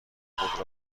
خود